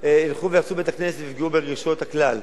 ילכו ויהרסו בית-כנסת ויפגעו ברגשות הכלל.